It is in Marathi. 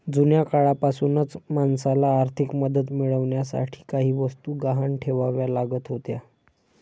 जुन्या काळापासूनच माणसाला आर्थिक मदत मिळवण्यासाठी काही वस्तू गहाण ठेवाव्या लागत होत्या